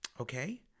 Okay